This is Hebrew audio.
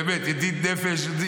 באמת ידיד נפש,